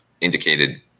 indicated